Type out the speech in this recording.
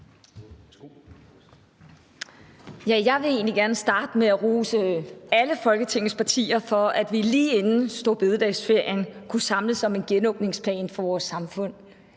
Jeg vil egentlig gerne starte med at rose alle Folketingets partier for, at vi lige inden storebededagsferien kunne samles om en genåbningsplan for vores samfund.